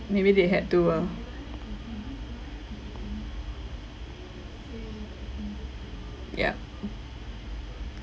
maybe they had to ah ya